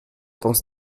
pense